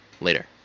Later